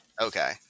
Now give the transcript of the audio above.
Okay